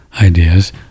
ideas